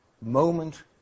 moment